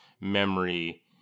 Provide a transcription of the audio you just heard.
memory